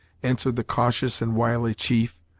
answered the cautious and wily chief,